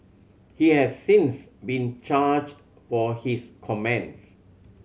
he has since been charged for his comments